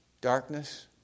darkness